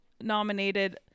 nominated